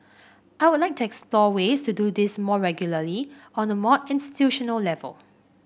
I would like to explore ways to do this more regularly on a more institutional level